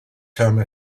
term